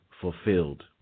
fulfilled